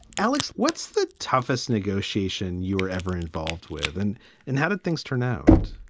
alex, what's the toughest negotiation you were ever involved with and and how did things turn out?